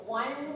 one